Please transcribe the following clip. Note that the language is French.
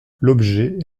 l’objectif